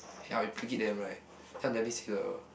ya them right then I'll definitely see the